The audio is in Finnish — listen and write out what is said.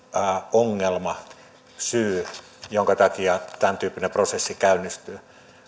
ongelma syy jonka takia tämäntyyppinen prosessi käynnistyy